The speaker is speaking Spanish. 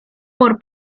por